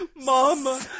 Mom